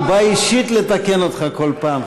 הוא בא אישית לתקן אותך כל פעם,